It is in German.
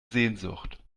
sehnsucht